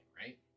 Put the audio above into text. right